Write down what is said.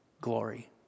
glory